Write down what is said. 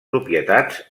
propietats